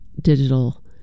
digital